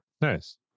nice